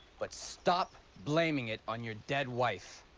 but stop blaming it on your dead wife.